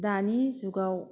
दानि जुगाव